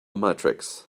matrix